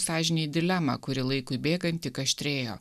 sąžinei dilemą kuri laikui bėgant tik aštrėjo